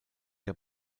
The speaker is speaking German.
der